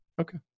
Okay